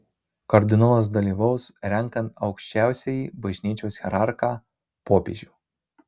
kardinolas dalyvaus renkant aukščiausiąjį bažnyčios hierarchą popiežių